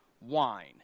wine